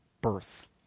birth